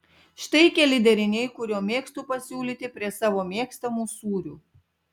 štai keli deriniai kuriuo mėgstu pasiūlyti prie savo mėgstamų sūrių